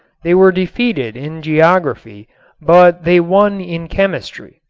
they were defeated in geography but they won in chemistry.